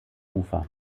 ufer